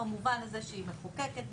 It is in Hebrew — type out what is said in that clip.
במובן הזה שהיא מחוקקת,